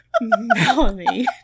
Melanie